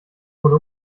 wurde